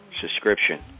subscription